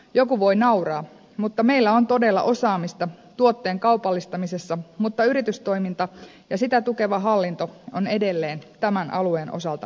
joku voi nauraa mutta meillä on todella osaamista tuotteen kaupallistamisessa mutta yritystoiminta ja sitä tukeva hallinto on edelleen tämän alueen osalta kevyttä